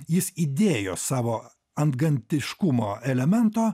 jis įdėjo savo antgamtiškumo elemento